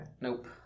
Nope